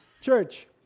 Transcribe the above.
Church